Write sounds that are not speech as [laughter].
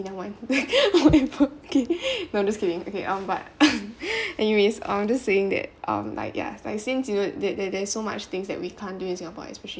never mind no I'm just kidding okay um but [laughs] anyways I'm just saying that um like ya since th~ th~ there so much things that we can't do in singapore especially